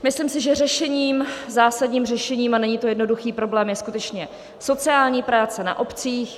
Myslím si, že řešením, zásadním řešením a není to jednoduchý problém je skutečně sociální práce na obcích.